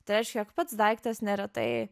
tai reiškia jog pats daiktas neretai